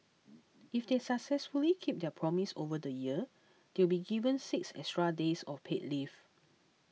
if they successfully keep their promise over the year they'll be given six extra days of paid leave